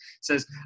says